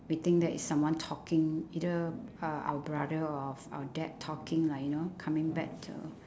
we think that is someone talking either uh our brother or our dad talking like you know coming back